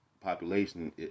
population